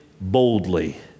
boldly